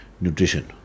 nutrition